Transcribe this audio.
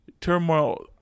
turmoil